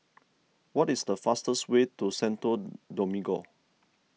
what is the fastest way to Santo Domingo